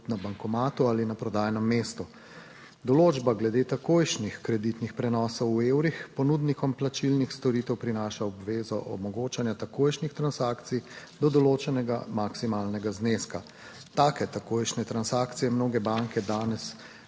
na bankomatu ali na prodajnem mestu. Določba glede takojšnjih kreditnih prenosov v evrih ponudnikom plačilnih storitev prinaša obvezo omogočanja takojšnjih transakcij do določenega maksimalnega zneska. Take takojšnje transakcije mnoge banke danes